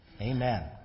Amen